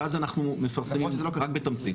ואז אנחנו מפרסמים רק בתמצית.